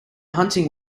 hunting